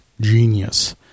genius